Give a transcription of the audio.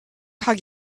hug